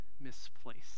misplaced